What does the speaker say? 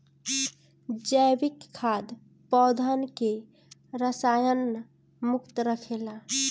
जैविक खाद पौधन के रसायन मुक्त रखेला